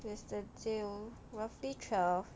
yesterday roughly twelve